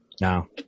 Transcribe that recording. No